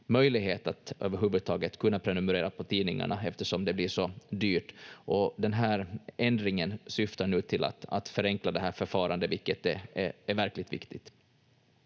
möjlighet att överhuvudtaget kunna prenumerera på tidningarna eftersom det blir så dyrt. Den här ändringen syftar nu till att förenkla det här förfarandet, vilket är verkligt viktigt.